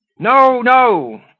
no, no,